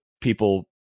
people